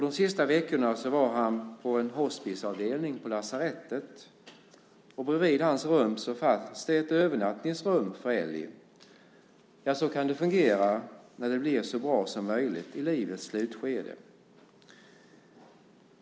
De sista veckorna var han på en hospisavdelning på lasarettet. Bredvid hans rum fanns det ett övernattningsrum för Elly. Så kan det fungera när det blir så bra som möjligt i livets slutskede.